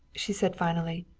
she said finally,